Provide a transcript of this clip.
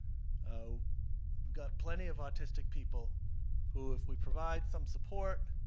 ah got plenty of autistic people who if we provide some support,